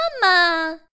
mama